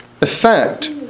effect